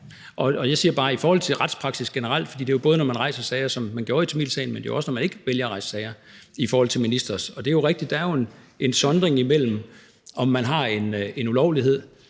at det er i forhold til retspraksis generelt, for det er jo både, når man rejser sager, som man gjorde i tamilsagen, men det er også, når man ikke vælger at rejse sager mod ministre. Det er jo rigtigt, at der er en sondring imellem, om man har en ulovlighed